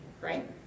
right